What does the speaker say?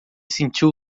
sentiu